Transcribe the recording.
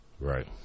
Right